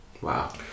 Wow